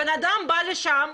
בן אדם בא לשם,